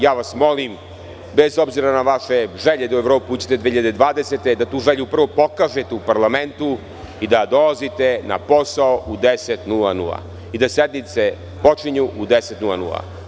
Molim vas bez obzira na vaše želje da u Evropu uđete 2020. godine, da tu želju prvo pokažete u parlamentu i da dolazite na posao u 10 sati i da sednice počinju u 10 sati.